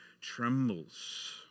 trembles